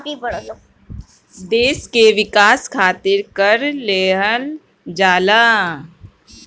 देस के विकास खारित कर लेहल जाला